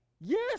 Yes